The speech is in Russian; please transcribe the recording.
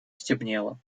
стемнело